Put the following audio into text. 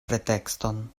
pretekston